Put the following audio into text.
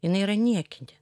jinai yra niekinė